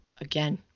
Again